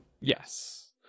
Yes